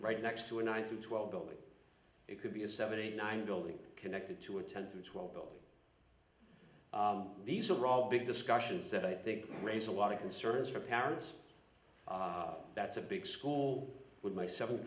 right next to a nine to twelve building it could be a seventy nine building connected to a ten to twelve building these are all big discussions that i think raise a lot of concerns for parents that's a big school with my seventh